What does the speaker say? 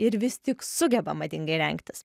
ir vis tik sugeba madingai rengtis